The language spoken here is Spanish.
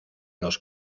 los